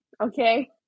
okay